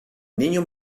niño